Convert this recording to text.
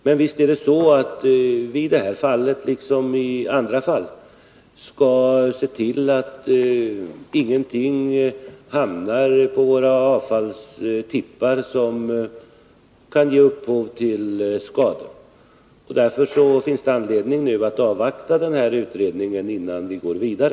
Men visst skall vi i detta fall som i andra fall se till att ingenting hamnar på våra avfallstippar som kan ge upphov till skador. Därför finns det anledning att avvakta utredningen innan vi går vidare.